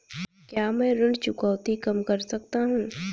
क्या मैं ऋण चुकौती कम कर सकता हूँ?